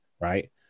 Right